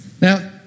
Now